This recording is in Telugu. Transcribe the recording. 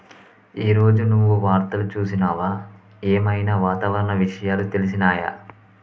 ఈ రోజు నువ్వు వార్తలు చూసినవా? ఏం ఐనా వాతావరణ విషయాలు తెలిసినయా?